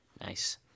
Nice